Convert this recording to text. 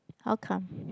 how come